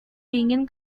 ingin